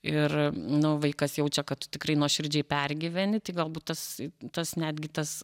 ir nu vaikas jaučia kad tu tikrai nuoširdžiai pergyveni tai galbūt tas tas netgi tas